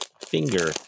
finger